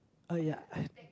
oh ya